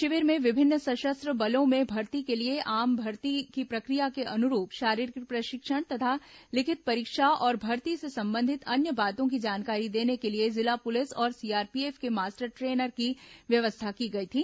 शिविर में विभिन्न सशस्त्र बलों में भर्ती के लिए आम भर्ती की प्रक्रिया के अनुरूप शारीरिक प्रशिक्षण तथा लिखित परीक्षा और भर्ती से संबंधित अन्य बातों की जानकारी देने के लिए जिला पुलिस और सीआरपीएफ के मास्टर ट्रेनर्स की व्यवस्था की गई थी